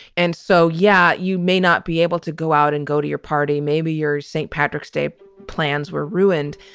and so, yeah, you may not be able to go out and go to your party. maybe your st. patrick's day plans were ruined.